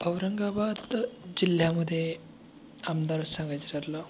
औरंगाबाद जिल्ह्यामध्ये आमदार सांगायचं म्हटलं